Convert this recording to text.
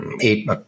eight